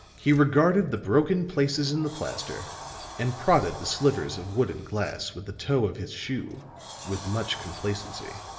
he regarded the broken places in the plaster and prodded the slivers of wood and glass with the toe of his shoe with much complacency.